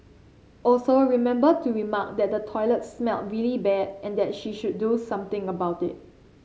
also remember to remark that the toilet smelled really bad and that she should do something about it